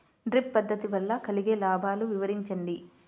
Drip పద్దతి వల్ల కలిగే లాభాలు వివరించండి?